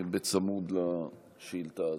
בצמוד לשאילתה זו.